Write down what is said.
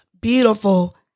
beautiful